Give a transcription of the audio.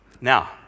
now